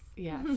Yes